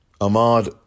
Ahmad